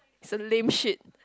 slim shit